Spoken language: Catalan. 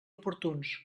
oportuns